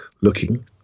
looking